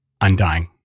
Undying